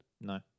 No